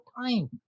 time